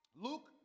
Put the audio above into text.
Luke